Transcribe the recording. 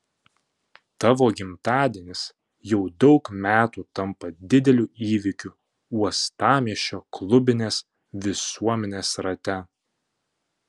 tavo gimtadienis jau daug metų tampa dideliu įvykiu uostamiesčio klubinės visuomenės rate